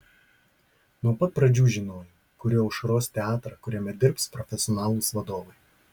nuo pat pradžių žinojau kuriu aušros teatrą kuriame dirbs profesionalūs vadovai